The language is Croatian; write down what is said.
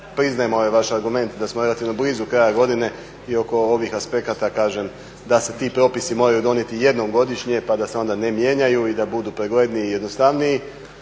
priznajem ovaj vaš argument, da smo relativno blizu kraja godine i oko ovih aspekata kažem da se ti propisi moraju donijeti jednom godišnje pa da se onda ne mijenjaju i da budu pregledniji i jednostavniji.